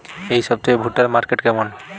এই সপ্তাহে ভুট্টার মার্কেট কেমন?